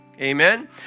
Amen